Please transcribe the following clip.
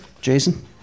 Jason